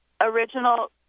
original